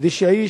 כדי שהאיש,